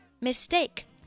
Mistake